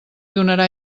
donarà